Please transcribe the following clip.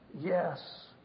yes